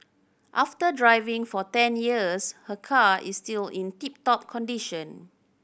after driving for ten years her car is still in tip top condition